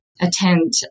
attend